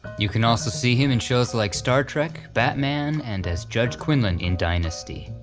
you can also see him and shows like star trek, batman, and as judge quinlan in dynasty.